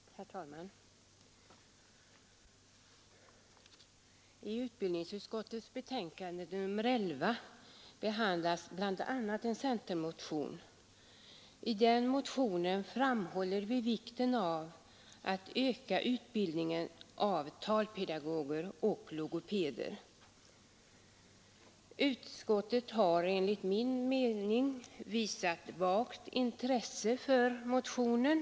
Herr talman! I utbildningsutskottets betänkande nr 11 behandlas bl.a. en centermotion. I den motionen framhåller vi vikten av att öka utbildningen av talpedagoger och logopeder. Utskottet har enligt min mening visat vagt intresse för motionen.